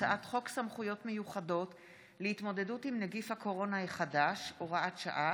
הצעת חוק סמכויות מיוחדות להתמודדות עם נגיף הקורונה החדש (הוראת שעה)